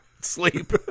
sleep